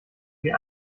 wie